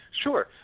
Sure